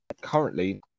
currently